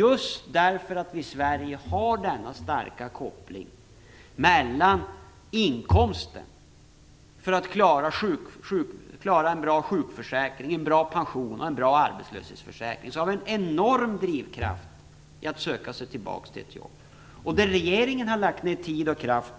Just därför att vi i Sverige har en så stark koppling till inkomsten för att klara en bra sjukförsäkring, pension och arbetslöshetsförsäkring har vi en enorm drivkraft när det gäller att söka sig tillbaka till ett jobb. Regeringen har lagt ner tid och kraft